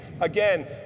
again